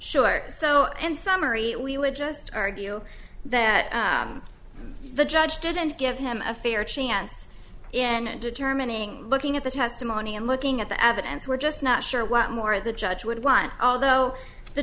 sure so and summary we would just argue that the judge didn't give him a fair chance and determining looking at the testimony and looking at the evidence we're just not sure what more the judge would want although the